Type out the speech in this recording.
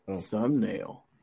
thumbnail